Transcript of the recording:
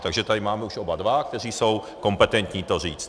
Takže tady máme už oba dva, kteří jsou kompetentní to říct.